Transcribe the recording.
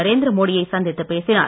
நரேந்திரமோடி யை சந்தித்து பேசினார்